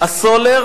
הסולר